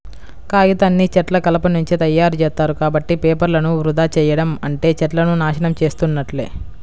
కాగితాన్ని చెట్ల కలపనుంచి తయ్యారుజేత్తారు, కాబట్టి పేపర్లను వృధా చెయ్యడం అంటే చెట్లను నాశనం చేసున్నట్లే